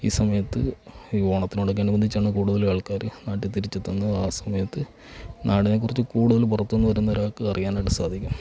ഈ സമയത്ത് ഈ ഓണത്തിനോടൊക്കെ അനുബന്ധിച്ചാണ് കൂടുതലും ആള്ക്കാര് നാട്ടില് തിരിച്ചെത്തുന്നതും ആ സമയത്ത് നാടിനെ കുറിച്ച് കൂടുതല് പുറത്തുനിന്നു വരുന്ന ഒരാള്ക്ക് അറിയാനായിട്ട് സാധിക്കും